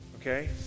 Okay